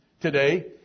today